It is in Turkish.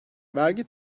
vergi